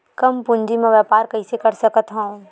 कम पूंजी म व्यापार कइसे कर सकत हव?